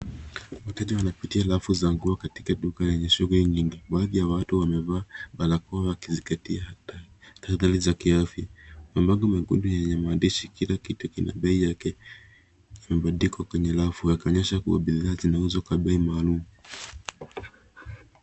Wateja wanapitia rafu za nguo katika duka yenye shughuli nyingi. Baadhi ya watu wamevaa barakoa wakizingatia taadhari za kiafya. Mabango mekunde yenye maandishi, kila kitu kina bei yake, yamebandikwa kwenye rafu, yakionyesha kua bidhaa zinauzwa kwa bei maalumu.